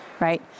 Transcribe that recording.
right